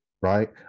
right